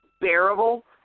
bearable